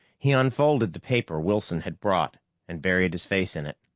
he unfolded the paper wilson had brought and buried his face in it.